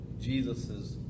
Jesus's